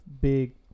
big